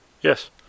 Yes